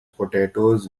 potatoes